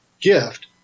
gift